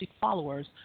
followers